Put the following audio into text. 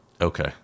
Okay